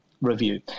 Review